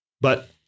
But-